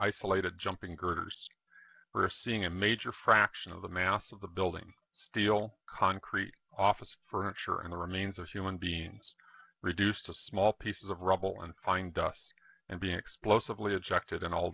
isolated jumping girders we're seeing a major fraction of the mass of the building steel concrete office furniture and the remains of human beings are reduced to small pieces of rubble and fine dust and being explosively ejected in all